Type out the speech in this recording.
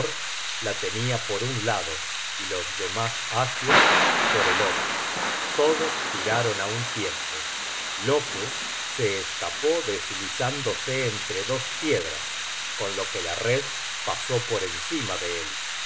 la tenia por un lado y los demas asios por el otro todos tiraron á un tiempo loke se escapó deslizándose entre dos piedras con lo que la red pasó por encima de él sin